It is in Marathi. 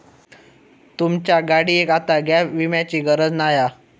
तुमच्या गाडियेक आता गॅप विम्याची गरज नाय हा